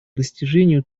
достижению